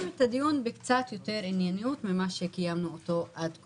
את הדיון עם קצת יותר ענייניות מכפי שקיימנו אותו עד כה.